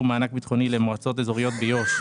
מענק ביטחוני למועצות אזוריות ביו"ש,